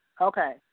Okay